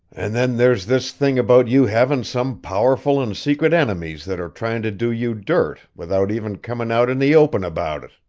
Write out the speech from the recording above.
and then there's this thing about you havin' some powerful and secret enemies that are tryin' to do you dirt without even comin' out in the open about it.